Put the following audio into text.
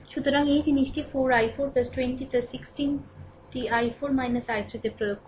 সুতরাং r এই জিনিসটি 4 i4 20 16 টি i4 I3 তে প্রয়োগ করুন